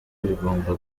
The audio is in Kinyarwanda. bigomba